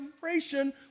generation